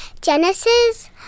Genesis